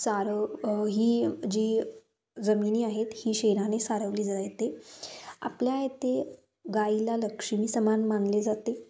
सारव ही जी जमिनी आहे ही शेणाने सारवली जाते आपल्या येथे गाईला लक्ष्मी समान मानले जाते